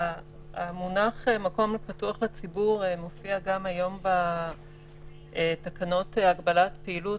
המונח "מקום הפתוח לציבור" מופיע גם היום בתקנות הגבלת פעילות,